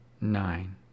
nine